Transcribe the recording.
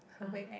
很会 act